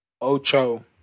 Ocho